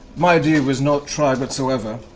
my idea was not tried whatsoever.